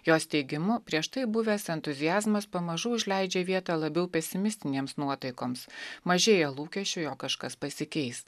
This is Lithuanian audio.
jos teigimu prieš tai buvęs entuziazmas pamažu užleidžia vietą labiau pesimistinėms nuotaikoms mažėja lūkesčių jog kažkas pasikeis